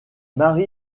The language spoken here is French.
mari